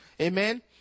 amen